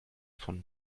von